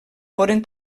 foren